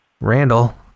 Randall